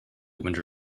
winter